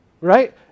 right